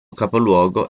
capoluogo